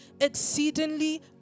exceedingly